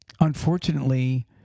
Unfortunately